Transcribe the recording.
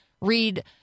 read